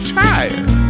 tired